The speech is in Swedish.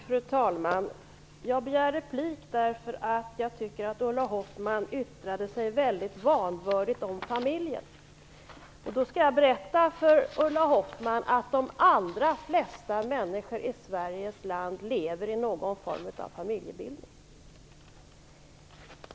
Fru talman! Jag begärde replik därför att jag tyckte att Ulla Hoffmann yttrade sig väldigt vanvördigt om familjen. Jag vill berätta för Ulla Hoffmann att de allra flesta människor i Sveriges land lever i någon form av familjebildning.